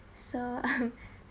so